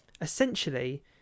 Essentially